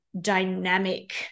dynamic